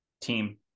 Team